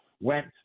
went